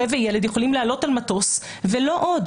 וילד יכולים לעלות על מטוס ולא עוד.